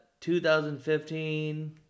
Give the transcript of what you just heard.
2015